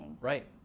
Right